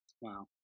wow